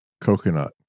Coconut